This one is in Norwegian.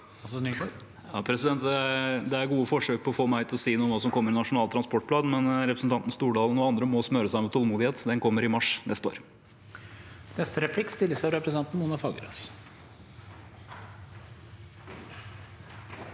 Det er gode forsøk på å få meg til å si noe om hva som kommer i Nasjonal transportplan, men representanten Stordalen og andre må smøre seg med tålmodighet. Den kommer i mars neste år.